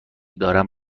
دارم